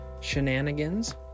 shenanigans